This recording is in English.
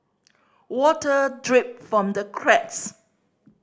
water drip from the cracks